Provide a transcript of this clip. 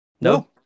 No